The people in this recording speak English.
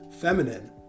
feminine